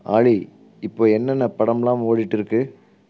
ஆலி இப்போ என்னென்ன படம் எல்லாம் ஓடிகிட்டு இருக்கு